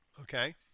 Okay